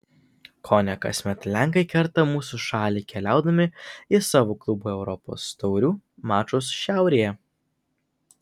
kone kasmet lenkai kerta mūsų šalį keliaudami į savo klubų europos taurių mačus šiaurėje